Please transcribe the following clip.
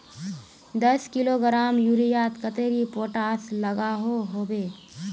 दस किलोग्राम यूरियात कतेरी पोटास लागोहो होबे?